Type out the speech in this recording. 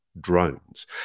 drones